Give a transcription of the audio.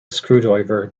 screwdriver